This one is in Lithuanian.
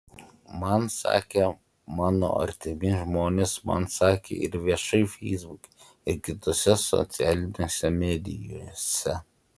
man sakė mano artimi žmonės man sakė ir viešai feisbuke ir kitose socialinėse medijose